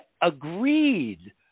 agreed